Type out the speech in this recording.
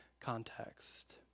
context